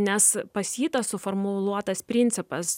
nes pas jį tas suformuluotas principas